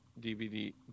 DVD